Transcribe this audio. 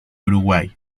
uruguay